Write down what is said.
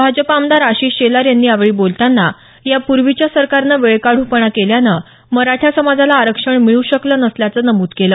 भाजप आमदार आशिष शेलार यांनी यावेळी बोलताना या पूर्वीच्या सरकारनं वेळकाढूपणा केल्यानं मराठा समाजाला आरक्षण मिळू शकलं नसल्याचं नमूद केलं